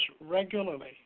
regularly